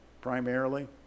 primarily